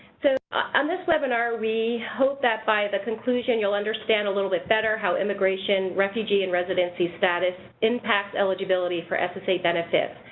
so on this webinar, we hope that by the conclusion you'll understand a little bit better how immigration, refugee, and residency status impacts eligibility for ssa benefits.